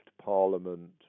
Parliament